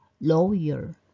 lawyer